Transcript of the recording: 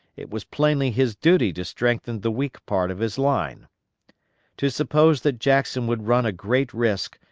it was plainly his duty to strengthen the weak part of his line to suppose that jackson would run a great risk,